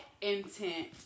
intent